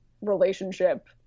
relationship